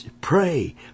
Pray